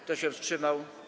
Kto się wstrzymał?